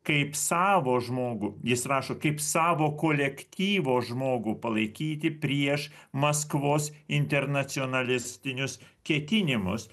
kaip savo žmogų jis rašo kaip savo kolektyvo žmogų palaikyti prieš maskvos internacionalistinius ketinimus